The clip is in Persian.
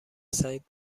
سعید